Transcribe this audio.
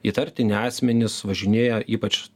įtartini asmenys važinėja ypač